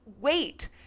wait